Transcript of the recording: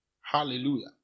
Hallelujah